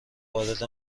وارد